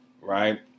right